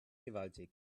gewaltig